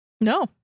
No